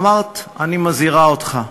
אמרת: אני מזהירה אותך.